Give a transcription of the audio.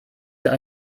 hier